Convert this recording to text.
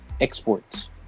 exports